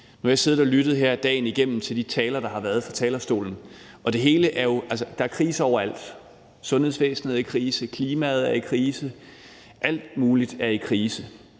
siddet og lyttet her dagen igennem til de taler, der har været fra talerstolen. Der er kriser overalt. Sundhedsvæsenet er i krise. Klimaet er i krise. Alt muligt er i krise.